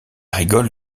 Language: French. rigole